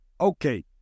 Okay